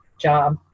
job